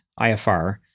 IFR